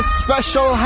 special